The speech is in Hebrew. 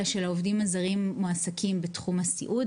של העובדים הזרים מועסקים בתחום הסיעוד,